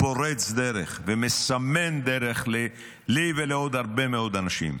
פורץ דרך ומסמן דרך לי ולעוד הרבה מאוד אנשים.